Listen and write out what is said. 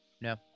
No